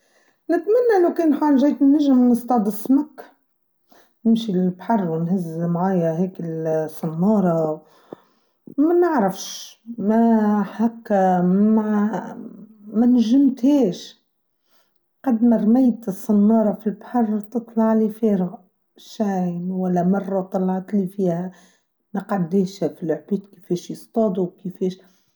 نتمنى لو كان حال جايت النجم نصطاد السمك نمشي للبحر ونهز معايا هيك الصنارة ما نعرفش ما حكى ما نجمتاش قد ما رميت الصنارة في البحر تطلع لي فارغه شاي ولا مرة طلعت لي فيها نقديشها في العبيد كيفاش يصطادوا كيفاش.